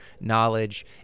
knowledge